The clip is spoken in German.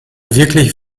wirklich